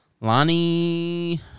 Lonnie